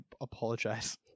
apologize